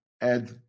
add